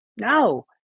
No